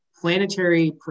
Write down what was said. planetary